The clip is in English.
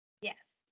Yes